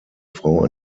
frau